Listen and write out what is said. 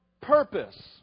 purpose